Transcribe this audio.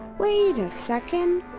wait a second,